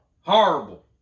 Horrible